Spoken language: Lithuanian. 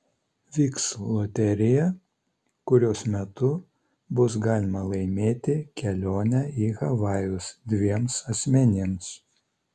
vyks loterija kurios metu bus galima laimėti kelionę į havajus dviems asmenims